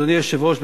אדוני היושב-ראש,